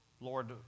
Lord